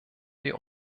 wir